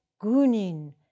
Gunin